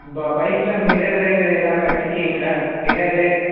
ப பைக்கில் மிரரு இது எல்லாமே வைச்சுருக்கீங்களா மிரரு